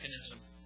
mechanism